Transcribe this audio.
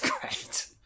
great